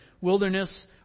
wilderness